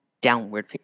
downward